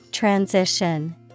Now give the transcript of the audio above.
Transition